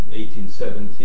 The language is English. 1870